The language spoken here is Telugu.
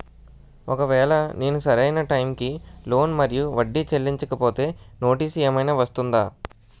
ఒకవేళ నేను సరి అయినా టైం కి లోన్ మరియు వడ్డీ చెల్లించకపోతే నోటీసు ఏమైనా వస్తుందా?